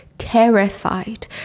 terrified